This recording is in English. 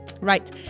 right